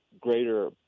greater